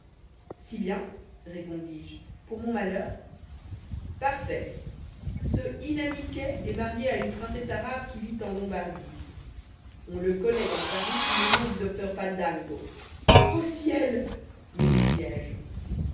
si bien répondis-je pour mon malheur parfait ce inaniquet est marié à une princesse arabe qui vit en lombardie on le connaît dans paris sous le nom du docteur fandango ô ciel